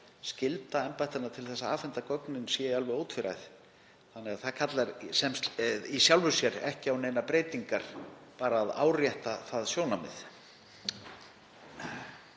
skylda embættanna til að afhenda gögnin sé alveg ótvíræð og það kalli í sjálfu sér ekki á neinar breytingar að árétta það sjónarmið.